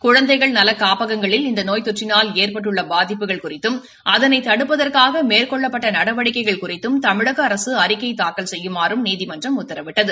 குழந்தைகள் நல காப்பகங்களில் இந்த நோய் தொற்றினால் ஏற்பட்டுள்ள பாதிப்புகள் குறித்தும் அதனை தடுப்பதற்காக மேற்கொள்ளப்பட்ட நடவடிக்கைகள் குறித்தும் தமிழக அரசு அறிக்கை தாக்கல் செய்யுமாறும் நீதிமன்றம் உத்தரவிட்டது